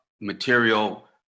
material